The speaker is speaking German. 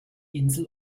insel